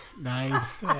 nice